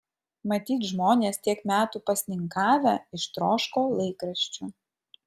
matyt žmonės tiek metų pasninkavę ištroško laikraščių